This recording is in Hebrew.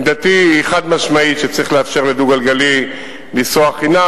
עמדתי היא חד-משמעית שצריך לאפשר לדו-גלגלי לנסוע חינם.